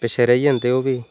पिच्छें रेही जंदे ओह् बी